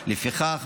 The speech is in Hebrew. לפיכך,